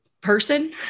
person